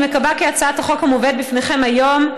אני מקווה כי הצעת החוק המובאת בפניכם היום,